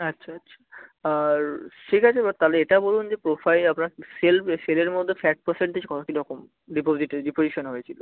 আচ্ছা আচ্ছা ঠিক আছে এবার এটা বলুন যে প্রোফাইলে আপনার সেল সেলের মধ্যে ফ্যাট পারসেন্টেজ কতো কী রকম ডিপোজিটে ডিপজিশান হয়েছিলো